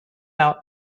out